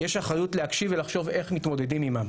יש אחריות להקשיב ולחשוב איך מתמודדים עמם,